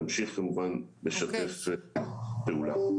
נמשיך כמובן לשתף פעולה.